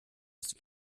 ist